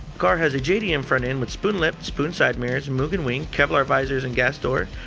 car has a jdm front end with spoon lip, spoon side mirrors, mugen wing, kevlar visors and gas door,